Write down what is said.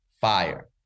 fire